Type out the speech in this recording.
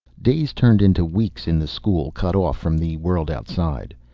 days turned into weeks in the school, cut off from the world outside.